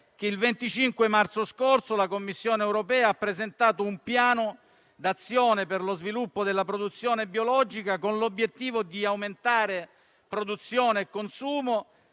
che il 25 marzo scorso la Commissione europea ha presentato un piano d'azione per lo sviluppo della produzione biologica, con l'obiettivo di aumentare produzione e consumo